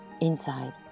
inside